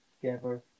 together